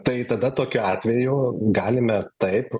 tai tada tokiu atveju galime taip